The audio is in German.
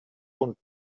und